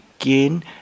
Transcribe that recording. again